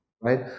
right